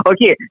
Okay